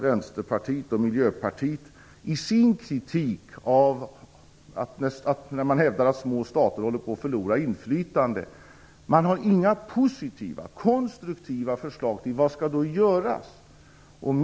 Vänsterpartiet och Miljöpartiet hävdar i sin kritik att små stater håller på att förlora inflytande. Låt mig avrunda med att säga att de inte har några positiva och konstruktiva förslag till vad som då skall göras.